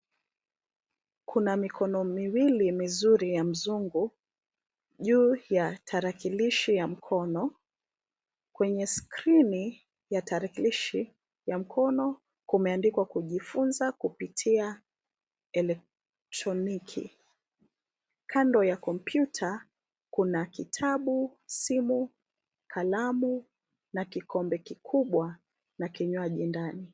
Kuna mikono miwili mizuri ya mzungu juu ya tarakilishi ya mkono. Kwenye skrini ya tarakilishi ya mkono kumeandikwa kujifunza kupitia elektroniki. Kando ya komputa kuna kitabu, simu, kalamu na kikombe kikubwa na kinywaji ndani.